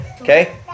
okay